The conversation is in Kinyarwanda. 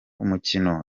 umukino